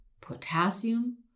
potassium